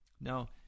Now